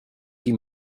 die